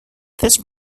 this